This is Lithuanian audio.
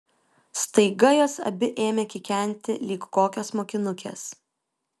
staiga jos abi ėmė kikenti lyg kokios mokinukės